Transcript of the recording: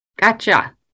Gotcha